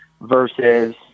versus